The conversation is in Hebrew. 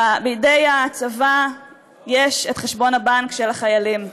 בידי הצבא יש את חשבון הבנק של החיילים המשוחררים.